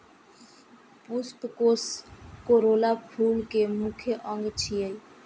पुष्पकोष कोरोला फूल के मुख्य अंग छियै